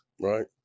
Right